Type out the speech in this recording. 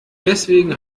deswegen